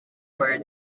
bird